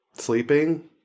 Sleeping